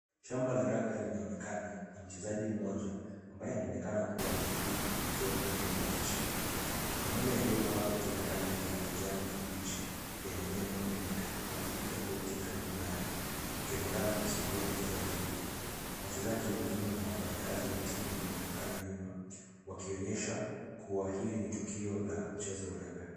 Shamba la raga linaonekana. Mchezaji mmoja ambaye anaonekana kuwa na maumivu akiwa amepiga goti chini. Mwanaume aliyevaa koti la rangi ya kijani kibichi lenye neno medic amepiga goti karibu naye akionekana kumsaidia mchezaji huyo. Wachezaji wengine na wafanyikazi wa timu wanaonekana nyuma wakionyesha kuwa hili ni tukio la mchezo wa raga.